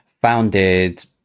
founded